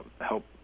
help